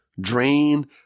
drain